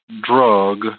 drug